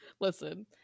listen